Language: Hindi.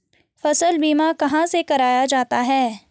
फसल बीमा कहाँ से कराया जाता है?